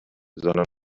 sondern